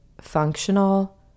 functional